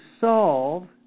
solve